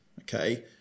okay